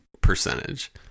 percentage